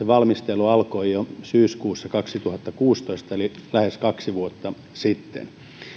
valmistelu alkoi jo syyskuussa kaksituhattakuusitoista eli lähes kaksi vuotta sitten